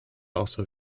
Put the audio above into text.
also